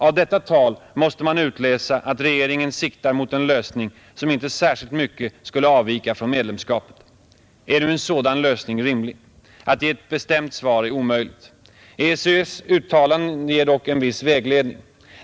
Av detta tal måste man utläsa att regeringen siktar mot en lösning som inte särskilt mycket skulle avvika från medlemskapet. Är nu en sådan lösning rimlig? Att ge ett bestämt svar är omöjligt. EEC:s uttalanden ger dock viss vägledning.